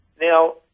Now